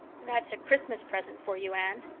that's a christmas present for you, anne,